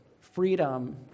freedom